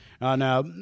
Now